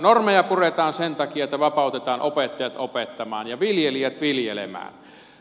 normeja puretaan sen takia että vapautetaan opettajat opettamaan ja viljelijät viljelemään